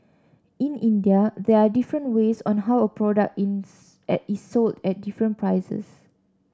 in India there are different ways on how a product is is sold at different prices